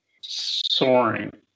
soaring